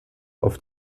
auf